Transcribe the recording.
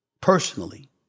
personally